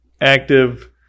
active